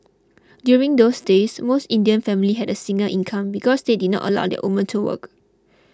during those days most Indian families had single income because they did not allow their women to work